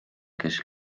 kes